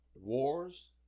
Wars